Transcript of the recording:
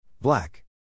Black